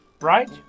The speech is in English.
Right